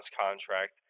contract